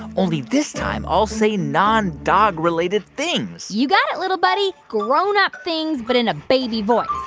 only this time, i'll say nondog-related things you got it, little buddy grown-up things but in a baby voice.